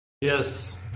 Yes